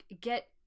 get